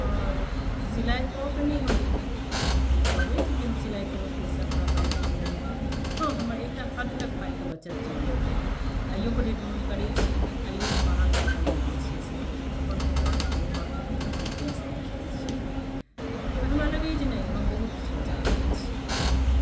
आओर सिलाइ कऽके ने हम अथि कहबै जे हम सिलाइ कयलहुँ ताहिसँ हमरा पाइके आमदनी भेल हँ हमर एकटा हद तक पाइके बचत जरूर भेल आइयो के डेटमे हम करै छी आइयो हम बाहर कपड़ा नहि दै छियै सियै लए अपन कपड़ा अपन घरके कपड़ा हम अपने सिलाइ करै छी तऽ हमरा लगैए जे नहि हमरा बहुत किछु बचा रहल छी